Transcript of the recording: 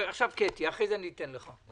עכשיו קטי שטרית ואחרי כן אתן לך.